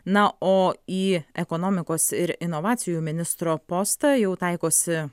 na o į ekonomikos ir inovacijų ministro postą jau taikosi